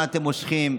מה אתם מושכים?